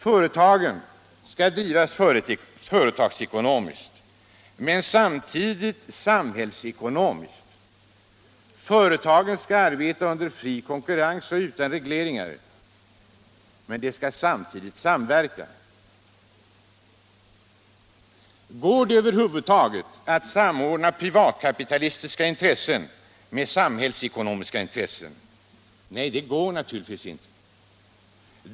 Företagen skall drivas företagsekonomiskt, men samtidigt samhällsekonomiskt. De skall arbeta under fri konkurrens och utan regleringar. Men de skall samtidigt samverka. Går det över huvud taget att samordna privatkapitalistiska intressen med samhällsekonomiska intressen? Nej, det går naturligtvis inte.